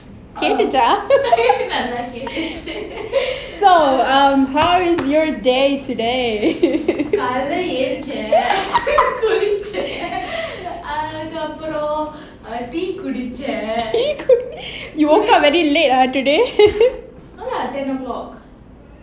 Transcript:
கேட்டுச்சா நல்லா கேட்டுச்சு: ketucha nalla ketuchu so um how is your day today காலைல எந்திரிச்சேன் குளிச்சேன் அதுக்கு அப்புறம்:kaalaila enthirichaen kulichaen athuku appuram tea குடிச்சேன்:kudichaen you woke up very late ah today